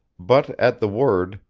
but at the word,